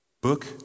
book